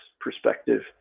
perspective